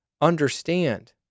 understand